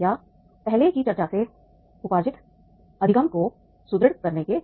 या पहले की चर्चा से उपार्जित अधिगम को सुदृढ़ करने के लिए